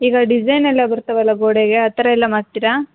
ಈಗ ಡಿಸೈನ್ ಎಲ್ಲ ಬರ್ತಾವೆ ಅಲ್ಲ ಗೋಡೆಗೆ ಆ ಥರ ಎಲ್ಲ ಮಾಡ್ತೀರಾ